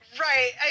Right